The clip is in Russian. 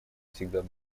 всегда